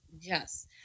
Yes